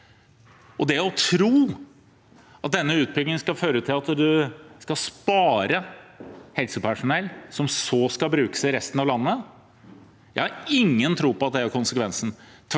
konsekvensen av denne utbyggingen vil være at en sparer helsepersonell, som så skal brukes i resten av landet. Jeg har ingen tro på at det er konsekvensen.